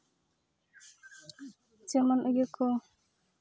ᱡᱮᱢᱚᱱ ᱤᱭᱟᱹ ᱠᱚ